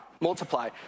Multiply